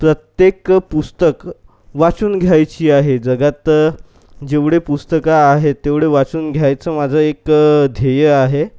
प्रत्येक पुस्तक वाचून घ्यायची आहेत जगात जेवढे पुस्तकं आहेत तेवढे वाचून घ्यायचं माझं एक ध्येय आहे